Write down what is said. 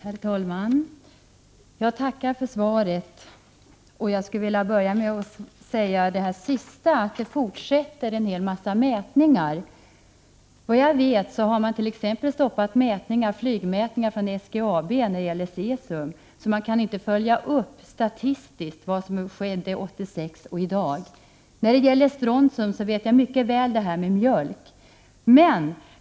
Herr talman! Jag tackar för svaret. Till att börja med vill jag tala om de fortsatta mätningarna. Såvitt jag vet har t.ex. SGAB:s flygmätningar av cesiumhalten stoppats. Man kan alltså inte statistiskt jämföra vad som skedde 1986 med vad som sker i dag. När det gäller strontium känner jag mycket väl till det som jordbruksministern säger om strontiumhalten i mjölk.